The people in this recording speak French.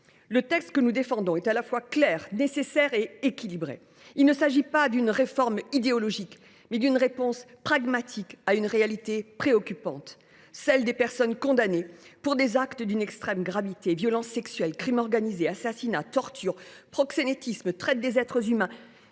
Le texte que nous défendons est à la fois clair, nécessaire et équilibré. Il s’agit non pas d’une réforme idéologique, mais d’une réponse pragmatique à une réalité préoccupante, celle des personnes condamnées pour des actes d’une extrême gravité : violences sexuelles, crimes organisés, assassinats, tortures, proxénétisme, traite des êtres humains.